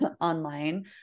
online